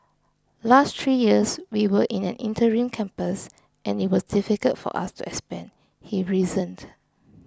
last three years we were in an interim campus and it was difficult for us to expand he reasoned